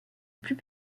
plus